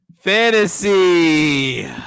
Fantasy